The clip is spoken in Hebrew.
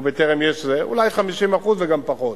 אולי 50% וגם פחות.